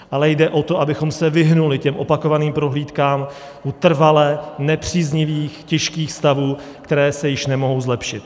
Ale jde o to, abychom se vyhnuli opakovaným prohlídkám u trvale nepříznivých těžkých stavů, které se již nemohou zlepšit.